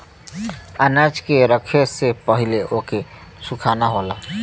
अनाज के रखे से पहिले ओके सुखाना होला